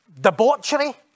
debauchery